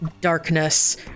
darkness